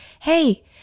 hey